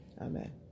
Amen